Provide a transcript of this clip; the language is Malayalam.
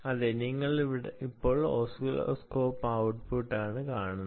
അതെ നിങ്ങൾ ഇപ്പോൾ ഓസിലോസ്കോപ്പ് ഔട്ട്പുട്ട് ആണ് കാണുന്നത്